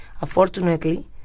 unfortunately